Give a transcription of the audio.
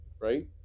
right